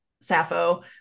sappho